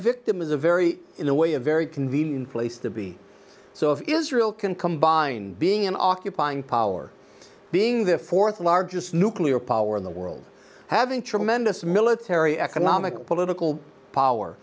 victim is a very in a way a very convenient place to be so if israel can combine being an occupying power being the fourth largest nuclear power in the world having tremendous military economic political power